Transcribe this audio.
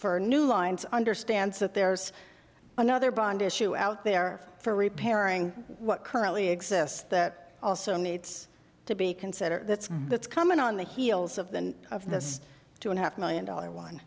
for new lines understands that there's another bond issue out there for repairing what currently exists that also needs to be considered that's coming on the heels of the of this two and a half million dollar